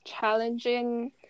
challenging